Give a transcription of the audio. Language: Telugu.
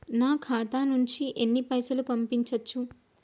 నా ఖాతా నుంచి ఎన్ని పైసలు పంపించచ్చు?